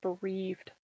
bereaved